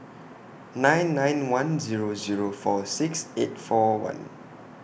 nine nine one Zero Zero four six eight four one